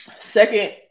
Second